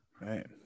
Right